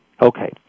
Okay